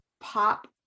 pop